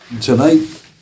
Tonight